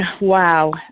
wow